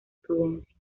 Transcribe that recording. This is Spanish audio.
prudencia